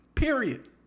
Period